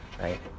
right